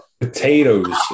Potatoes